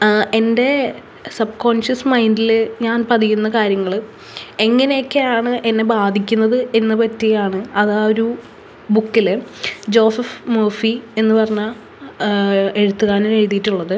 ആ എൻ്റെ subconscious മൈൻഡിൽ ഞാൻ പതിയുന്ന കാര്യങ്ങൾ എങ്ങെന ഒക്കെയാണ് എന്നെ ബാധിക്കുന്നത് എന്ന് പറ്റിയാണ് അത് ആ ഒരു ബുക്കിൽ ജോസഫ് മർഫി എന്ന് പറയണ എഴുത്തുകാരൻ എഴുതീട്ടുള്ളത്